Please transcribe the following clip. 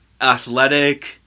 athletic